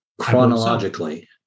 chronologically